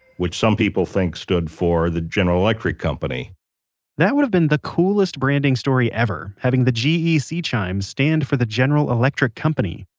which some people think stood for the general electric company that would have been the coolest branding story having the gec chimes stand for the general electric company,